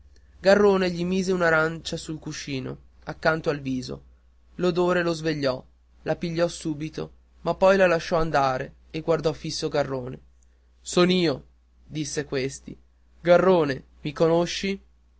garrone gli mise un'arancia sul cuscino accanto al viso l'odore lo svegliò la pigliò subito ma poi la lasciò andare e guardò fisso garrone son io disse questi garrone mi conosci